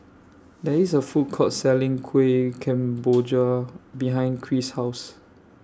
There IS A Food Court Selling Kueh Kemboja behind Kris' House